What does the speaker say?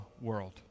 world